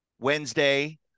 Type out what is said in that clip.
wednesday